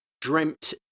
dreamt